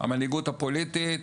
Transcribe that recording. המנהיגות פוליטית,